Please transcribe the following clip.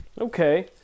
Okay